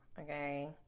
Okay